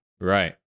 Right